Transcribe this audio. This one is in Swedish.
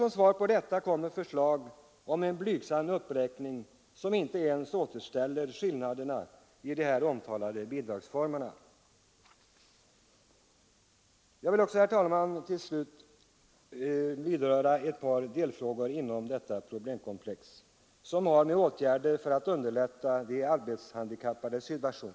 Som svar på detta kommer förslag om en blygsam uppräkning, som inte ens återställer skillnaden mellan de här omtalade bidragsformerna. Jag vill också, herr talman, till slut vidröra ett par delfrågor i detta problemkomplex, vilka avser åtgärder för att underlätta de handikappades situation.